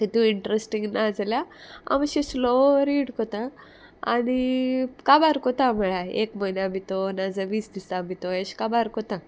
तितू इंट्रस्टींग ना जाल्यार हांव अशें स्लो रीड कोतां आनी काबार कोतां म्हळ्यार एक म्हयन्या भितो नाजाल्या वीस दिसा भितो अशें काबार कोतां